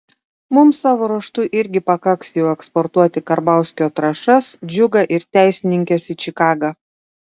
mums savo ruožtu irgi pakaks jau eksportuoti karbauskio trąšas džiugą ir teisininkes į čikagą